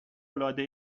العاده